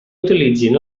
utilitzin